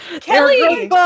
Kelly